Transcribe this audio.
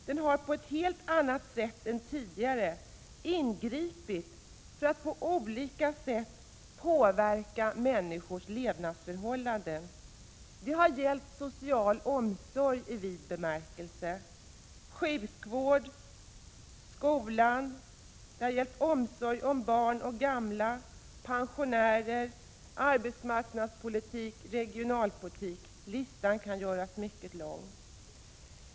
Den har på ett helt annat sätt än tidigare ingripit för att på olika sätt påverka människornas levnadsförhållanden. Det har gällt social omsorg i vid bemärkelse: sjukvård, skolor, omsorg om barn och gamla, pensionärer, arbetsmarknadspolitik, regionalpolitik — listan kan göras mycket lång.